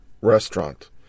restaurant